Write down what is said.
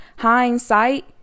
Hindsight